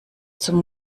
zum